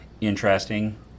interesting